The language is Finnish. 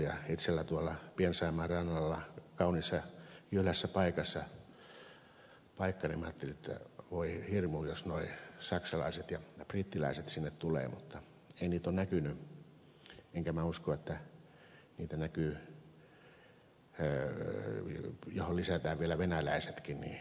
itselläni on tuolla pien saimaan rannalla kauniissa jylhässä paikassa paikkani ja minä ajattelin että voi hirmu jos nuo saksalaiset ja brittiläiset sinne tulevat mutta ei niitä ole näkynyt enkä minä usko että niitä näkyy näihin lisätään vielä venäläisetkin liiemmälti